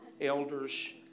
elders